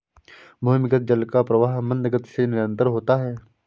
भूमिगत जल का प्रवाह मन्द गति से निरन्तर होता है